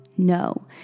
No